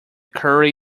curry